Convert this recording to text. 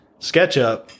SketchUp